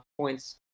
points